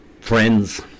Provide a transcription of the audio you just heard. friends